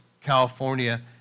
California